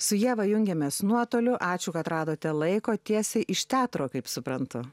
su ieva jungiamės nuotoliu ačiū kad radote laiko tiesiai iš teatro kaip suprantu